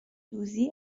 دوزی